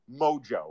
mojo